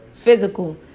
Physical